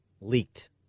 Leaked